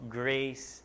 grace